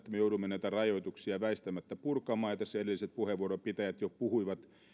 me joudumme näitä rajoituksia väistämättä purkamaan ja tässä edellisten puheenvuorojen pitäjät jo puhuivat